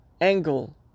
angle